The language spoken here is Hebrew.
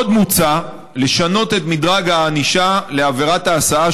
עוד מוצע לשנות את מדרג הענישה לעבירת ההסעה